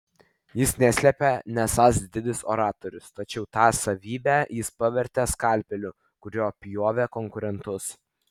jis neslėpė nesąs didis oratorius tačiau tą savybę jis pavertė skalpeliu kuriuo pjovė konkurentus